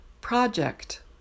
Project